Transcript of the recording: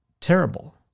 terrible